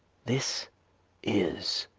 this is,